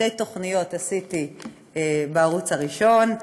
שתי תוכניות עשיתי בערוץ הראשון.